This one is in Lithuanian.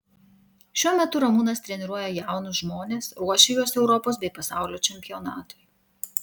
šiuo metu ramūnas treniruoja jaunus žmones ruošia juos europos bei pasaulio čempionatui